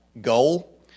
goal